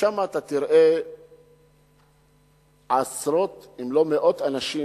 ושם אתה תראה עשרות אם לא מאות אנשים